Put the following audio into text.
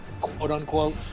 quote-unquote